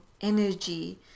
energy